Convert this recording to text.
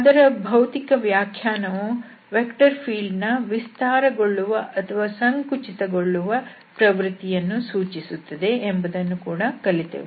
ಅದರ ಭೌತಿಕ ವ್ಯಾಖ್ಯಾನವು ವೆಕ್ಟರ್ ಫೀಲ್ಡ್ ನ ವಿಸ್ತಾರಗೊಳ್ಳುವ ಅಲ್ಲವೇ ಸಂಕುಚಿತಗೊಳ್ಳುವ ಪ್ರವೃತ್ತಿಯನ್ನು ಸೂಚಿಸುತ್ತದೆ ಎಂಬುದನ್ನು ಕೂಡ ಕಲಿತೆವು